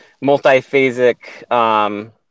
multi-phasic